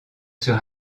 sur